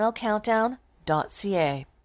Countdown.ca